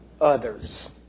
others